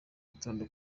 gitondo